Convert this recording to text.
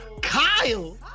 Kyle